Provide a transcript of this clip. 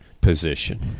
position